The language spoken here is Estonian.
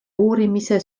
uurimise